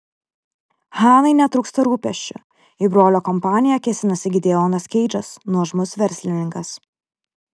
hanai netrūksta rūpesčių į brolio kompaniją kėsinasi gideonas keidžas nuožmus verslininkas